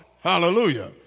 Hallelujah